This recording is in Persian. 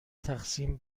تقسیم